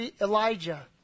Elijah